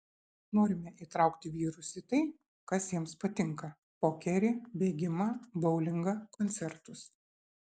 norime įtraukti vyrus į tai kas jiems patinka pokerį bėgimą boulingą koncertus